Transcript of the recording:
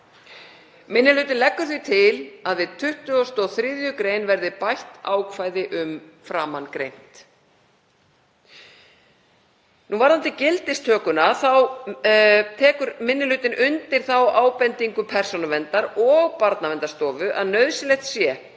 Minni hlutinn leggur því til að við 23. gr. verði bætt ákvæði um framangreint. Varðandi gildistökuna tekur minni hlutinn undir þá ábendingu Persónuverndar og Barnaverndarstofu að nauðsynlegt sé